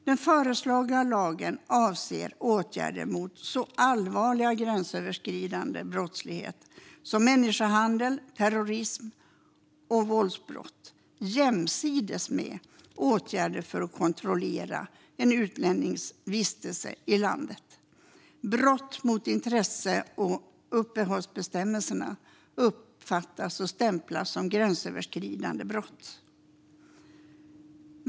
Den föreslagna lagen avser åtgärder mot så allvarlig gränsöverskridande brottslighet som människohandel, terrorism och våldsbrott jämsides med åtgärder för att kontrollera utlänningars vistelse i landet. Brott mot inrese och uppehållsbestämmelserna uppfattas och stämplas som gränsöverskridande brottslighet.